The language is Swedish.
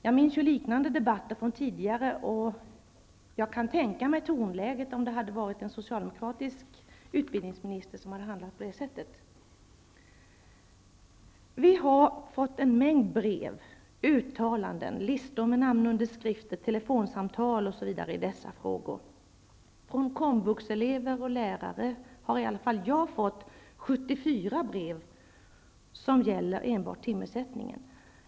Jag minns liknande debatter tidigare, och jag kan tänka mig hur tonläget skulle ha varit om en socialdemokratisk utbildningsminister hade handlat på detta sätt. Vi har fått en mängd brev, uttalanden, listor med namnunderskrifter, telefonsamtal, osv. som gäller dessa frågor. Från komvuxelever och lärare har i alla fall jag fått 74 brev som gäller enbart timersättningen.